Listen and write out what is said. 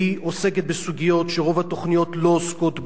שעוסקת בסוגיות שרוב התוכניות לא עוסקות בהן,